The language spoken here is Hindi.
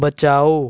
बचाओ